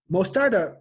Mostarda